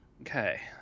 Okay